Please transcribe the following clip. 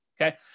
okay